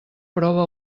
prova